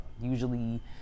usually